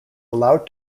allowed